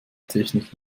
technik